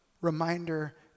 reminder